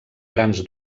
grans